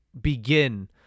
begin